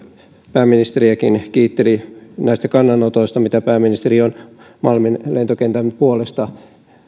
pääministeriäkin kiitteli näistä kannanotoista mitä pääministeri on malmin lentokentän puolesta